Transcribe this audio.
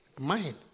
Mind